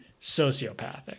sociopathic